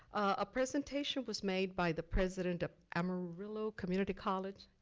a presentation was made by the president of amarillo community college.